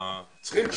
אבל היום צריכים תשובה.